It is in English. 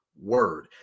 word